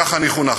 כך אני חונכתי.